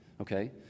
Okay